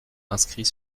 inscrit